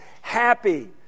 happy